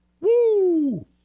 Woo